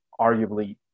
arguably